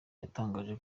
yatangaje